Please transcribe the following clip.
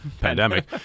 pandemic